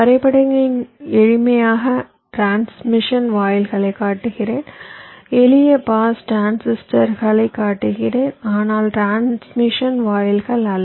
வரைபடங்களின் எளிமைக்காக டிரான்ஸ்மிஷன் வாயில்களைக் காட்டுகிறேன் எளிய பாஸ் டிரான்சிஸ்டர்களைக் காட்டுகிறேன் ஆனால் டிரான்ஸ்மிஷன் வாயில்கள் அல்ல